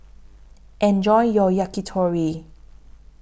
Enjoy your Yakitori